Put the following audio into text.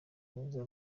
neza